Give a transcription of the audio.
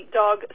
dog